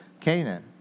Canaan